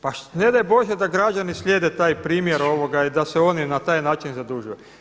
Pa ne daj Bože da građani slijede taj primjer i da se oni na taj način zadužuju.